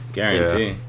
Guarantee